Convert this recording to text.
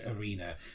arena